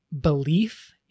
belief